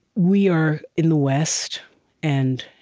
we are, in the west and